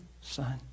son